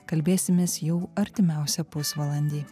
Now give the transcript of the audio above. kalbėsimės jau artimiausią pusvalandį